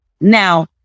Now